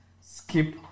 skip